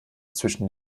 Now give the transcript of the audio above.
zwischen